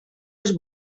els